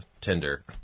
Tinder